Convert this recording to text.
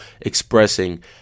expressing